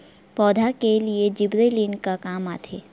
पौधा के लिए जिबरेलीन का काम आथे?